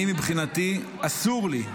מבחינתי אסור לי,